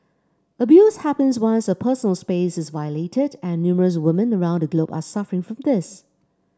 abuse happens once a personal space is violated and numerous women around the globe are suffering from this